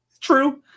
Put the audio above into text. true